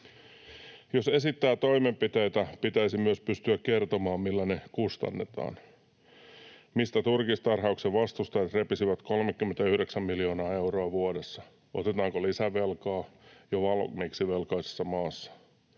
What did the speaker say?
Jos esittää toimenpiteitä, pitäisi myös pystyä kertomaan, millä ne kustannetaan. Mistä turkistarhauksen vastustajat repisivät 39 miljoonaa euroa vuodessa? Otetaanko lisävelkaa jo valmiiksi velkaisessa maassa?